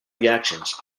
reactions